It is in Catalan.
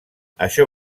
això